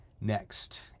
next